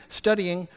studying